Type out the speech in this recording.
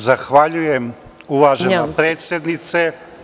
Zahvaljujem uvažena predsednice.